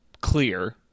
clear